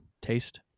taste